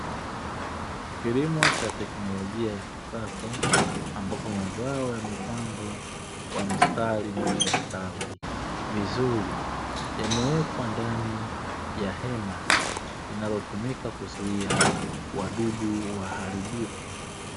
Kilimo cha teknolojia ya kisasa ambapo mazao yamepandwa kwa mstari na yamestawi vizuri, yamewekwa ndani ya hema linalotumika kuzuia wadudu waharibifu.